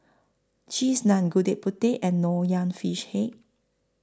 Cheese Naan Gudeg Putih and Nonya Fish Head